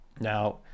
now